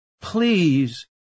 please